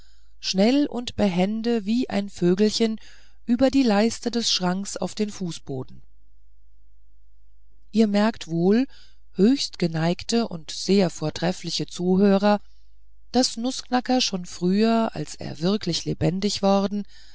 schnell und behende wie ein vögelchen über die leiste des schranks auf den fußboden ihr merkt wohl höchst geneigte und sehr vortreffliche zuhörer daß nußknacker schon früher als er wirklich lebendig worden